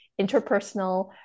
interpersonal